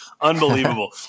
unbelievable